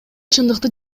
чындыкты